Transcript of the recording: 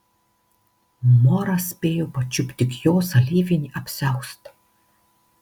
moras spėjo pačiupt tik jos alyvinį apsiaustą